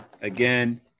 Again